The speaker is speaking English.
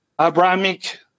Abrahamic